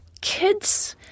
Kids